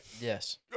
Yes